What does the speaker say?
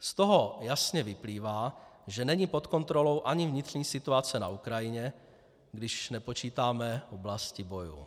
Z toho jasně vyplývá, že není pod kontrolou ani vnitřní situace na Ukrajině, když nepočítáme oblasti bojů.